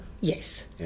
Yes